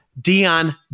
Dion